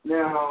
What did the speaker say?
Now